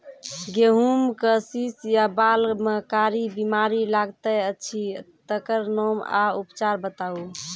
गेहूँमक शीश या बाल म कारी बीमारी लागतै अछि तकर नाम आ उपचार बताउ?